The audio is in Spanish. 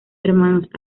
hermanos